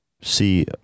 see